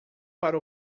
para